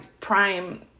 prime